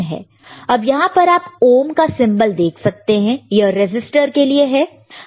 अब यहां पर आप ओहम का सिंबल देख सकते हैं यह रेसिस्टर के लिए है